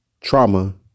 trauma